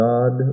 God